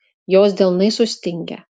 jos delnai sustingę